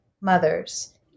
mothers